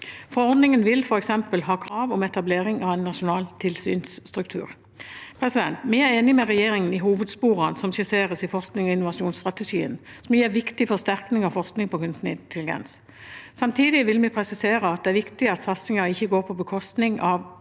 Forordningen vil f.eks. ha krav om etablering av en nasjonal tilsynsstruktur. Vi er enig med regjeringen i hovedsporene som skisseres i forsknings- og innovasjonsstrategien, som gir en viktig forsterkning av forskning på kunstig intelligens. Samtidig vil vi presisere at det er viktig at satsingen ikke